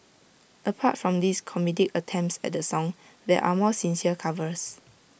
apart from these comedic attempts at the song there are more sincere covers